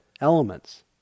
elements